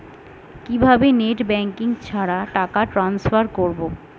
কিভাবে net banking ছাড়া টাকা টান্সফার করব?